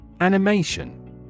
Animation